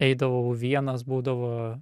eidavau vienas būdavo